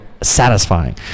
satisfying